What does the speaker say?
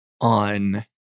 on